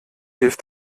hilf